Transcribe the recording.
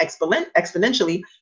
exponentially